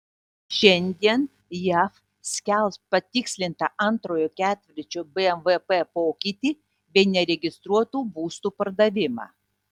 šiandien jav skelbs patikslintą antrojo ketvirčio bvp pokytį bei neregistruotų būstų pardavimą